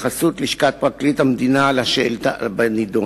קיבלתי התייחסות לשכת פרקליט המדינה לשאילתא שבנדון: